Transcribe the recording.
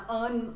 earn